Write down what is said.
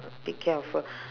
take care of her